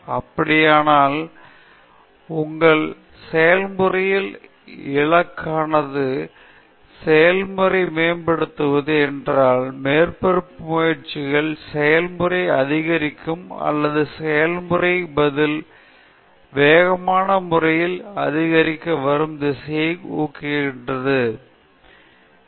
அப்படியானால் உங்கள் செயல்முறையின் இலக்கானது செயல்முறையை மேம்படுத்துவது என்றால் மேற்பரப்பு முறைகள் செயல்முறை அதிகரிக்கும் அல்லது செயல்முறை பதில் வேகமான முறையில் அதிகரித்து வரும் திசையை உங்களுக்கு தெரிவிக்கும்